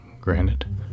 granted